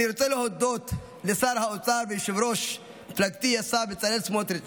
אני רוצה להודות לשר האוצר ויושב-ראש מפלגתי השר בצלאל סמוטריץ'